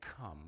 come